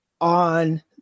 on